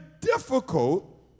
difficult